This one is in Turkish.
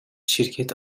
şirket